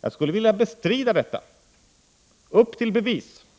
Jag skulle vilja bestrida detta — upp till bevis!